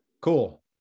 cool